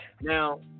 Now